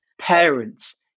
parents